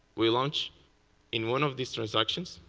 we launch in one of these transactions.